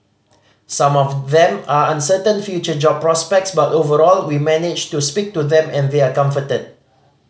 some of them are uncertain future job prospects but overall we managed to speak to them and they are comforted